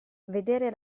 vedere